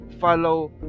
follow